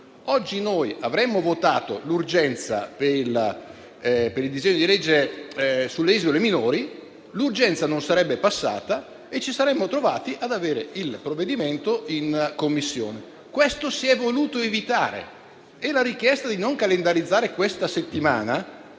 oggi avremmo votato la procedura d'urgenza per il disegno di legge sulle isole minori, l'urgenza non sarebbe passata e ci saremmo trovati a esaminare il provvedimento in Commissione. Questo si è evoluto evitare e la richiesta di non calendarizzare il provvedimento